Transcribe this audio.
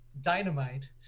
dynamite